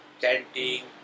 chanting